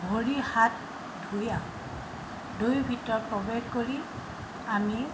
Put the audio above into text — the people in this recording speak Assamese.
ভৰি হাত ধুই ধুই ভিতৰত প্ৰৱেশ কৰি আমি